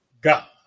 God